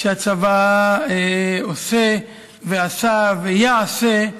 שהצבא עושה ועשה ויעשה,